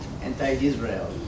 Anti-Israel